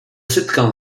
sitcom